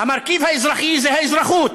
המרכיב האזרחי, זה האזרחות,